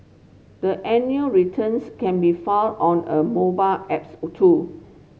the annual returns can be filed on a mobile apps or too